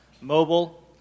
mobile